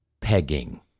pegging